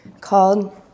called